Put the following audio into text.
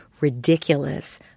ridiculous